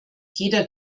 jeder